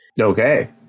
Okay